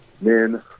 men